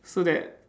so that